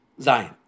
Zion